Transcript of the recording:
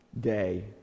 day